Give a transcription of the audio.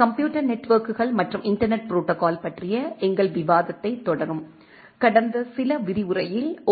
computer நெட்வொர்க்குகள் மற்றும் internet protocol பற்றிய எங்கள் விவாதத்தைத் தொடரும் கடந்த சில விரிவுரையில் ஓ